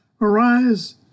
arise